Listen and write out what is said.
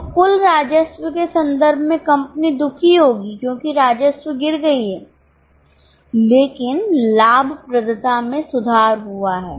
तो कुल राजस्व के संदर्भ में कंपनी दुखी होगी क्योंकि राजस्व गिर गई है लेकिन लाभप्रदता में सुधार हुआ है